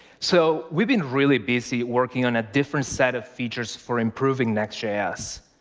so we've been really busy working on a different set of features for improving next js.